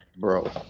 bro